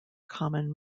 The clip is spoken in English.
common